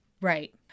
right